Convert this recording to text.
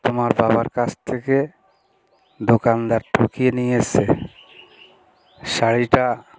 তোমার বাবার কাছ থেকে দোকানদার ঠকিয়ে নিয়েছে শাড়িটা